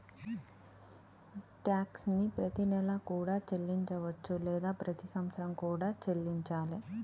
tax ని ప్రతినెలా కూడా చెల్లించవచ్చు లేదా ప్రతి సంవత్సరం కూడా చెల్లించాలే